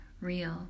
real